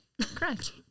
Correct